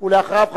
ואחריו,